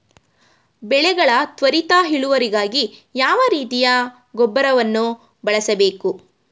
ಬೆಳೆಗಳ ತ್ವರಿತ ಇಳುವರಿಗಾಗಿ ಯಾವ ರೀತಿಯ ಗೊಬ್ಬರವನ್ನು ಬಳಸಬೇಕು?